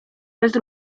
bez